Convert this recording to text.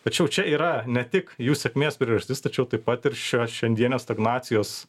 tačiau čia yra ne tik jų sėkmės priežastis tačiau taip pat ir šia šiandienės stagnacijos